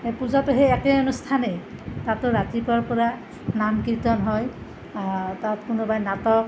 পূজাতো সেই একেই অনুষ্ঠানেই তাতো ৰাতিপুৱাৰ পৰা নাম কীৰ্তন হয় তাত কোনোবাই নাটক